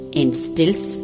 instills